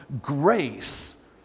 grace